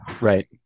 right